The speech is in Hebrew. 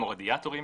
כמו רדיאטורים,